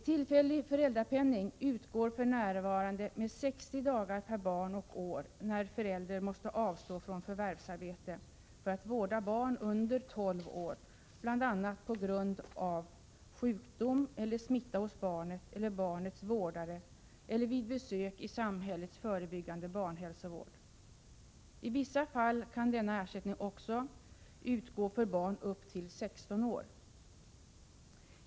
Tillfällig föräldrapenning utgår för närvarande under 60 dagar per barn och år när förälder måste avstå från förvärvsarbete för att vårda barn under 12 år, bl.a. på grund av sjukdom eller smitta hos barnet eller barnets vårdare eller vid besök i samhällets förebyggande barnhälsovård. I vissa fall kan denna ersättning utgå också för barn upp till 16 år.